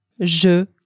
Je